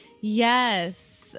yes